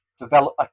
develop